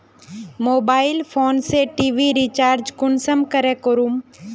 Mobile phone से TV recharge कुंसम करे करूम?